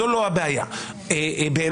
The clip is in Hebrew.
זו לא הבעיה בעיניי.